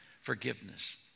forgiveness